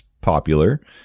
popular